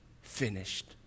finished